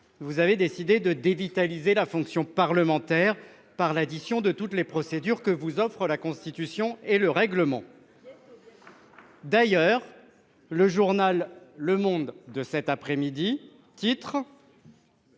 vous avez décidé de dévitaliser la fonction parlementaire par l'addition de toutes les procédures que vous offrent la Constitution et le règlement. D'ailleurs le journal de cet après-midi titre